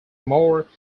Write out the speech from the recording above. more